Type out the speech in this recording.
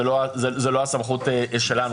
זה לא הסמכות שלנו.